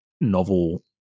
novel